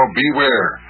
beware